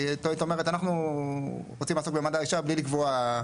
כי היית אומרת אנחנו רוצים לעסוק במעמד האישה בלי לקבוע,